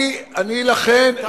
אני לכן,